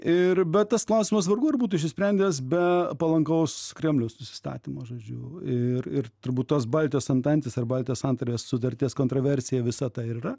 ir bet tas klausimas vargu ar būtų išsisprendęs be palankaus kremliaus nusistatymo žodžiu ir ir turbūt tos baltijos antantės ar baltijos santarvės sutarties kontroversija visa ta ir yra